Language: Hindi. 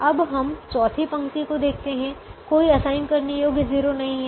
अब हम चौथी पंक्ति को देखते हैं कोई असाइन करने योग्य 0 नहीं है